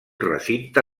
recinte